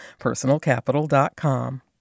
personalcapital.com